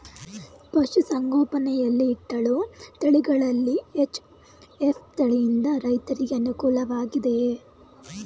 ಪಶು ಸಂಗೋಪನೆ ಯಲ್ಲಿ ಇಟ್ಟಳು ತಳಿಗಳಲ್ಲಿ ಎಚ್.ಎಫ್ ತಳಿ ಯಿಂದ ರೈತರಿಗೆ ಅನುಕೂಲ ವಾಗಿದೆಯೇ?